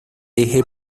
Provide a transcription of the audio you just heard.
eje